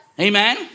Amen